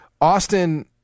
Austin